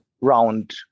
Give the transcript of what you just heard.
round